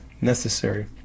necessary